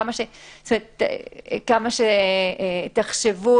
כמה שתחשבו,